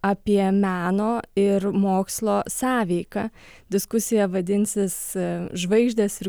apie meno ir mokslo sąveiką diskusija vadinsis žvaigždės ir